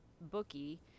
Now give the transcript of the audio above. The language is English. bookie